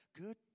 Good